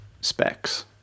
specs